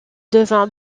devint